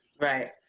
Right